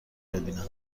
ببینم